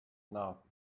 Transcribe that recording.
now